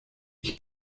ich